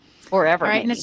Forever